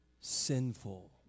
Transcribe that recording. sinful